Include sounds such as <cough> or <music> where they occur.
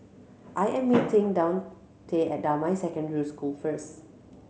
I am <noise> meeting Daunte at Damai Secondary School first